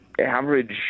average